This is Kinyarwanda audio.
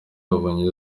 yabonye